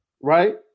right